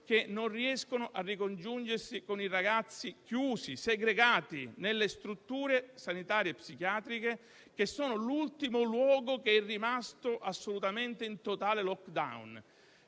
che non riescono a ricongiungersi con i ragazzi chiusi e segregati nelle strutture sanitarie psichiatriche, che sono l'ultimo luogo che è rimasto in totale *lockdown*.